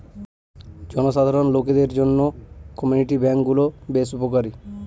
জনসাধারণ লোকদের জন্য কমিউনিটি ব্যাঙ্ক গুলো বেশ উপকারী